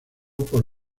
por